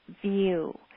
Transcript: view